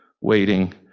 waiting